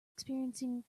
experiencing